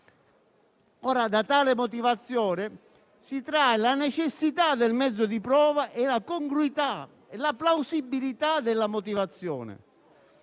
Da tale motivazione si trae la necessità del mezzo di prova e la congruità e la plausibilità della motivazione.